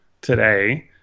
today